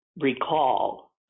recall